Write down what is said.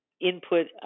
input